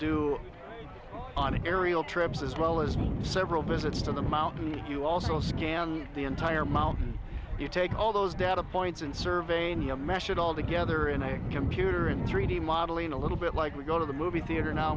do on an aerial trips as well as several visits to the mountain and you also scan the entire mountain you take all those data points and survey and you mash it all together in a computer in three d modeling a little bit like we go to the movie theater now